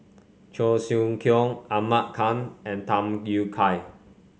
Cheong Siew Keong Ahmad Khan and Tham Yui Kai